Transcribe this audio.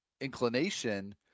inclination